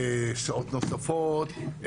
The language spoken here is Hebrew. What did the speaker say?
שעות נוספות,